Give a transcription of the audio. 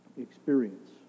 experience